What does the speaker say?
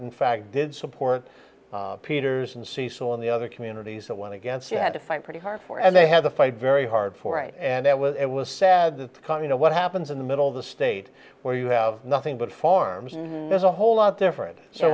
in fact did support peters and cecil and the other communities that went against you had to fight pretty hard for and they had to fight very hard for it and it was it was sad to come you know what happens in the middle of the state where you have nothing but farms and there's a whole lot different so